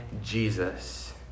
Jesus